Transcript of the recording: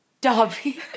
Dobby